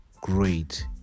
great